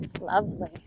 Lovely